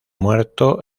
muerto